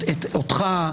אותך,